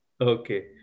Okay